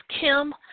Kim